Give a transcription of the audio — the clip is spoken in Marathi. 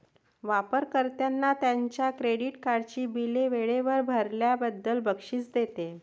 वापर कर्त्यांना त्यांच्या क्रेडिट कार्डची बिले वेळेवर भरल्याबद्दल बक्षीस देते